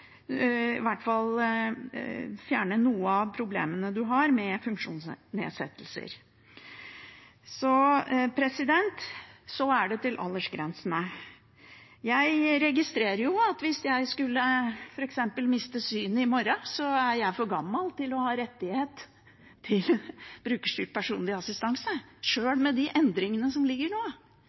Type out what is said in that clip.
fjerne noen av problemene man har med funksjonsnedsettelser. Så til aldersgrensa: Jeg registrerer at jeg, hvis jeg skulle miste synet i morgen, er for gammel til å ha rett til brukerstyrt personlig assistanse, sjøl med de endringene som foreligger nå,